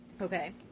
Okay